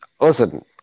Listen